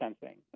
sensing